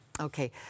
Okay